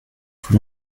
von